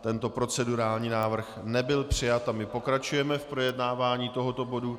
Tento procedurální návrh nebyl přijat a my pokračujeme v projednávání tohoto bodu.